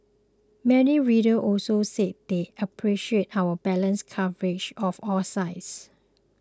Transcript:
many readers also said they appreciated our balanced coverage of all sides